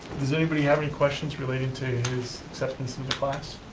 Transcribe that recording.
does anybody have any questions relating to his acceptance in the class?